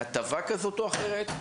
להטבה כזאת, או אחרת,